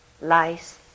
Lice